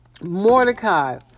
Mordecai